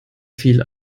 viel